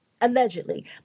Allegedly